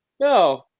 no